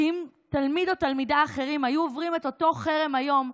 שאם תלמיד או תלמידה אחרים היו עוברים את אותו חרם היום,